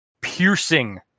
piercing